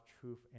truth